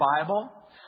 Bible